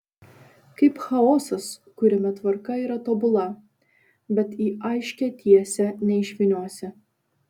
kaip chaosas kuriame tvarka yra tobula bet į aiškią tiesę neišvyniosi